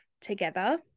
together